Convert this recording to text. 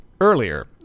earlier